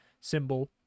symbol